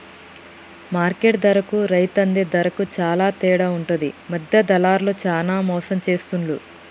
market ధరకు రైతు అందే ధరకు చాల తేడా ఉంటది మధ్య దళార్లు చానా మోసం చేస్తాండ్లు